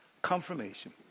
confirmation